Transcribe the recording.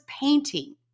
painting